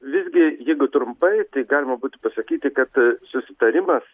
visgi jeigu trumpai tai galima būtų pasakyti kad susitarimas